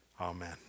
Amen